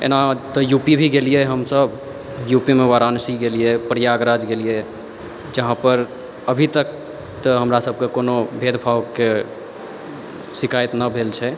जेना तऽ यूपी भी गेलियै हमसब यु पी मे वाराणसी गेलियै प्रयागराज गेलियै जहाॅं पर अभी तक तऽ हमरा सब कोनो भेदभावके शिकायत नहि भेल छै